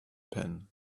pen